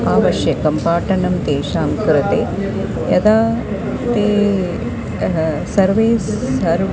आवश्यकं पाठनं तेषां कृते यदा ते सर्वे सर्वम्